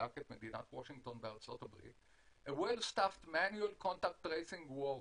a well-staffed manual contact tracing workforce